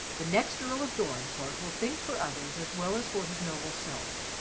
the next earl of dorincourt will think for others as well as for his noble self.